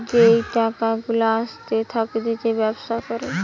যেই টাকা গুলা আসতে থাকতিছে ব্যবসা করে